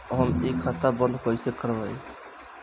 हम इ खाता बंद कइसे करवाई?